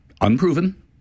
Unproven